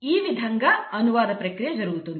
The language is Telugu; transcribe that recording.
ఈ విధంగా అనువాద ప్రక్రియ జరుగుతుంది